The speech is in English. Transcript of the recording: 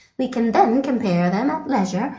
we can then compare them at leisure,